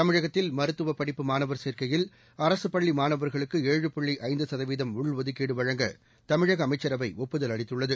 தமிழகத்தில் மருத்துவ படிப்பு மாணவர் சேர்க்கையில் அரசு பள்ளி மாணவர்களுக்கு ஏழு புள்ளி ஐந்து சதவீதம் உள்ஒதுக்கீடு வழங்க தமிழக அமைச்சரவை ஒப்புதல் அளித்துள்ளது